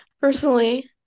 personally